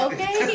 Okay